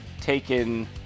taken